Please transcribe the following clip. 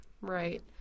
Right